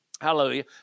hallelujah